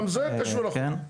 אז גם זה קשור לחוק.